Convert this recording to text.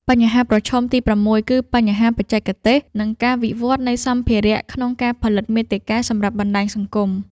បញ្ហាប្រឈមទី៦ គឺបញ្ហាបច្ចេកទេស និងការវិវត្តនៃសម្ភារៈក្នុងការផលិតមាតិកាសម្រាប់បណ្ដាញសង្គម។